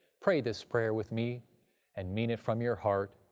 pray this prayer with me and mean it from your heart.